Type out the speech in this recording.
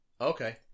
Okay